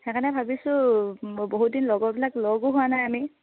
সেইকাৰণে ভাবিছোঁ বহুত দিন লগৰবিলাক লগো হোৱা নাই আমি